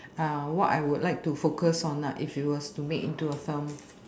uh what I would like to focus on nah if it was to make into a film